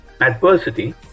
Adversity